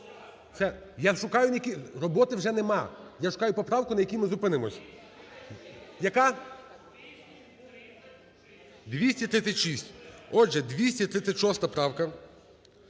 Я шукаю поправку, на якій ми зупинимось. Яка? 236. Отже, 236 правка.